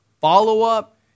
follow-up